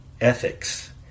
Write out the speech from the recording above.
ethics